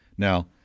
Now